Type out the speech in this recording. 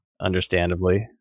understandably